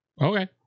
Okay